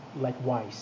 likewise